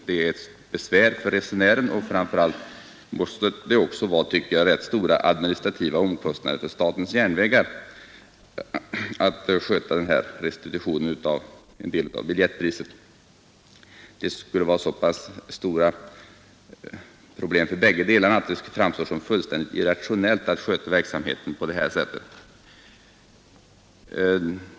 Det är besvär för resenären och framför allt måste det också vara, tycker jag, rätt stora administrativa omkostnader för statens järnvägar att sköta den här restitutionen av en del av biljettpriset. Det är så stora problem för båda parter att det framstår som fullständigt irrationellt att sköta verksamheten på detta sätt.